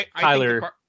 Tyler